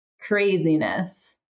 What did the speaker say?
craziness